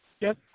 Yes